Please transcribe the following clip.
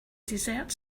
dessert